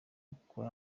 kuko